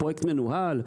הפרויקט מנוהל.